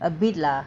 a bit lah